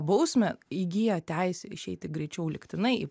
bausmę įgyja teisę išeiti greičiau lygtinai į